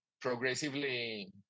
progressively